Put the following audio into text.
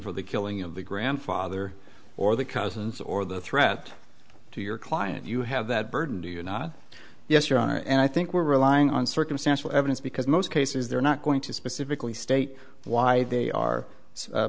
for the killing of the grandfather or the cousins or the threat to your client you have that burden do you not yes your honor and i think we're relying on circumstantial evidence because most cases they're not going to specifically state why they are